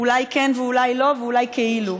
אולי כן ואולי לא ואולי כאילו.